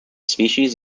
species